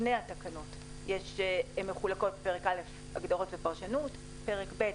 התקנות מחולקות לפרק א': הגדרות ופרשנות, פרק ב':